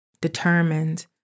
determined